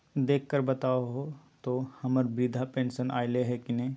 देख कर बताहो तो, हम्मर बृद्धा पेंसन आयले है की नय?